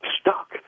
stuck